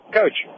coach